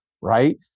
right